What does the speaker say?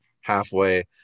halfway